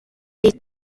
des